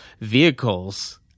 vehicles